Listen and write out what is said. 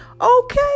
okay